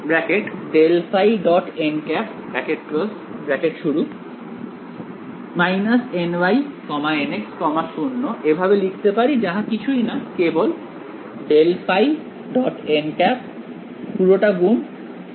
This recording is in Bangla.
আমরা কি এটিকে ∇ϕ · ny nx 0 এভাবে লিখতে পারি যাহা কিছুই না কেবল ∇ϕ ·